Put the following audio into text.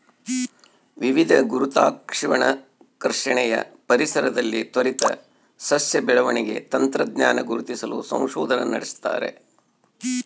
ವಿವಿಧ ಗುರುತ್ವಾಕರ್ಷಣೆಯ ಪರಿಸರದಲ್ಲಿ ತ್ವರಿತ ಸಸ್ಯ ಬೆಳವಣಿಗೆ ತಂತ್ರಜ್ಞಾನ ಗುರುತಿಸಲು ಸಂಶೋಧನೆ ನಡೆಸ್ತಾರೆ